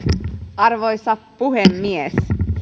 arvoisa puhemies